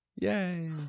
yay